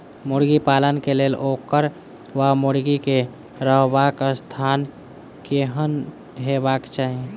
मुर्गी पालन केँ लेल ओकर वा मुर्गी केँ रहबाक स्थान केहन हेबाक चाहि?